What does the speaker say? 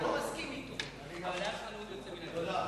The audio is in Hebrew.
אני לא מסכים אתו, אבל היה לך נאום יוצא מן הכלל.